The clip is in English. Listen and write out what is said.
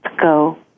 go